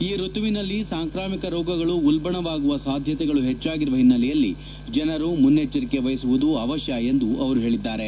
ಈ ಋತುವಿನಲ್ಲಿ ಸಾಂಕ್ರಾಮಿಕ ರೋಗಗಳು ಉಲ್ಲಣವಾಗುವ ಸಾಧ್ಯತೆಗಳು ಪೆಚ್ಚಾಗಿರುವ ಹಿನ್ನೆಲೆಯಲ್ಲಿ ಜನರು ಮುನ್ನೆಚ್ಚರಿಕೆ ವಹಿಸುವುದು ಅವಶ್ಯ ಎಂದು ಅವರು ಹೇಳಿದ್ದಾರೆ